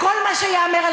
מאיימים על